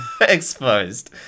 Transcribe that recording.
exposed